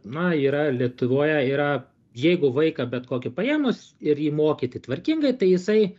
na yra lietuvoje yra jeigu vaiką bet kokį paėmus ir jį mokyti tvarkingai tai jisai